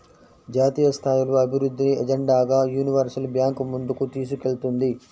జాతీయస్థాయిలో అభివృద్ధిని ఎజెండాగా యూనివర్సల్ బ్యాంకు ముందుకు తీసుకెళ్తుంది